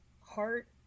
Heart